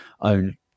own